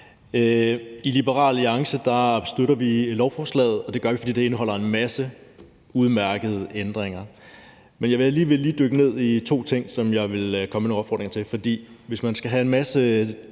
I Liberal Alliance støtter vi lovforslaget, og det gør vi, fordi det indeholder en masse udmærkede ændringer. Men jeg vil alligevel lige dykke ned i to ting, som jeg vil komme med nogle opfordringer til. For hvis man skal have en masse